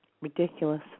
Ridiculous